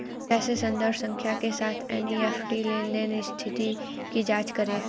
कैसे संदर्भ संख्या के साथ एन.ई.एफ.टी लेनदेन स्थिति की जांच करें?